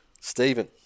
Stephen